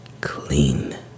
clean